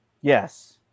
Yes